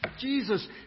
Jesus